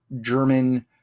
german